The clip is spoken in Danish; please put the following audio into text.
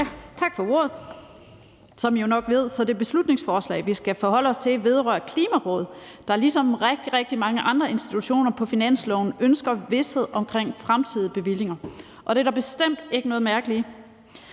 Tak for ordet. Som I jo nok ved, vedrører det beslutningsforslag, vi skal forholde os til, Klimarådet, der ligesom rigtig, rigtig mange andre institutioner på finansloven ønsker vished omkring fremtidige bevillinger. Og det er der bestemt ikke noget mærkeligt